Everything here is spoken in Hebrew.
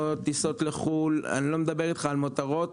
שאני לא מדבר על מותרות.